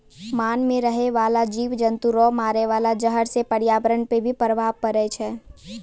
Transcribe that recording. मान मे रहै बाला जिव जन्तु रो मारे वाला जहर से प्रर्यावरण पर भी प्रभाव पड़ै छै